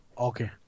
Okay